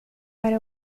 para